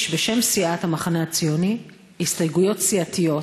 בשם סיעת המחנה הציוני הסתייגויות סיעתיות.